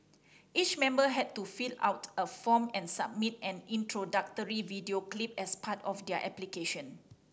each member had to fill out a form and submit an introductory video clip as part of their application